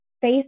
face